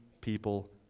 people